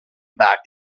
back